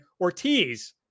Ortiz